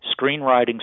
screenwriting